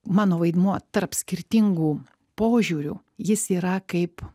mano vaidmuo tarp skirtingų požiūrių jis yra kaip